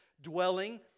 dwelling